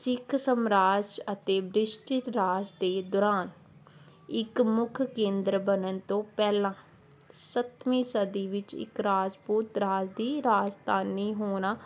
ਸਿੱਖ ਸਮਰਾਜ ਅਤੇ ਬ੍ਰਿਸ਼ਟ ਰਾਜ ਦੇ ਦੌਰਾਨ ਇੱਕ ਮੁੱਖ ਕੇਂਦਰ ਬਣਨ ਤੋਂ ਪਹਿਲਾਂ ਸੱਤਵੀਂ ਸਦੀ ਵਿੱਚ ਇੱਕ ਰਾਜਪੂਤ ਰਾਜ ਦੀ ਰਾਜਧਾਨੀ ਹੋਣਾ